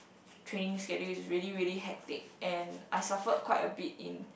training schedule is really really hectic and I suffered quite a bit in